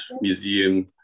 museum